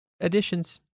additions